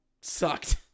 sucked